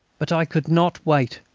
but i could not wait.